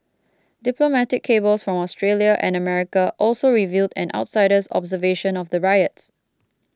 diplomatic cables from Australia and America also revealed an outsider's observation of the riots